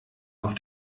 auf